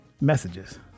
messages